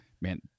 Man